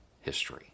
history